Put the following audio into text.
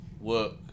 work